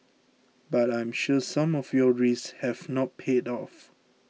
but I'm sure some of your risks have not paid off